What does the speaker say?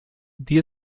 die